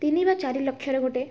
ତିନି ବା ଚାରି ଲକ୍ଷର ଗୋଟେ